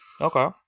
Okay